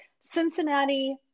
Cincinnati